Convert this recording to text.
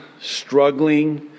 struggling